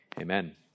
Amen